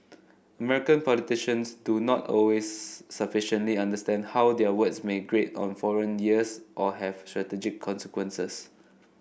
American politicians do not always sufficiently understand how their words may grate on foreign years or have strategic consequences